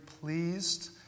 pleased